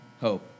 hope